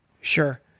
Sure